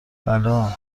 بلا